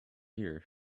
here